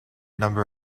number